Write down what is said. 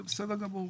זה בסדר גמור.